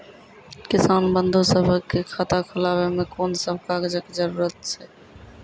किसान बंधु सभहक खाता खोलाबै मे कून सभ कागजक जरूरत छै?